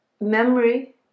memory